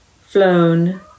flown